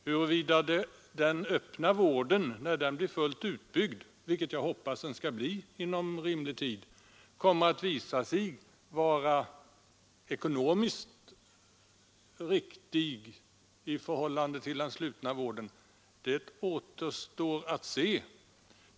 Huruvida den öppna vården när den blir fullt utbyggd — vilket jag hoppas att den blir inom rimlig tid — kommer att visa sig vara ekonomiskt riktig i förhållande till den slutna vården återstår att se.